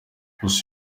gusa